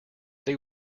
they